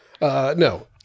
No